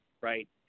right